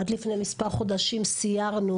עד לפני מספר חודשים סיירנו,